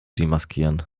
demaskieren